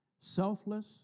selfless